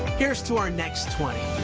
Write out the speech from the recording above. here is to our next twenty.